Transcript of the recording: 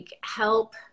help